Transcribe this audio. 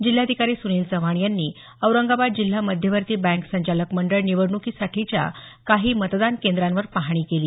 जिल्हाधिकारी सुनिल चव्हाण यांनी औरंगाबाद जिल्हा मध्यवर्ती बँक संचालक मंडळ निवडणूकीसाठीच्या काही मतदान केंद्रावर पाहणी केली